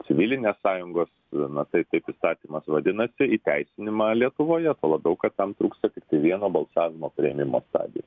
civilinės sąjungos na taip taip įstatymas vadinasi įteisinimą lietuvoje tuo labiau kad tam trūksta tiktai vieno balsavimo priėmimo stadijos